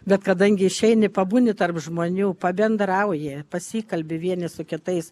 bet kadangi išeini pabūni tarp žmonių pabendrauji pasikalbi vieni su kitais